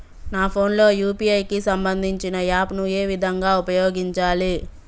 నా ఫోన్ లో యూ.పీ.ఐ కి సంబందించిన యాప్ ను ఏ విధంగా ఉపయోగించాలి?